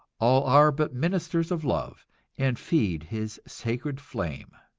all are but ministers of love and feed his sacred flame.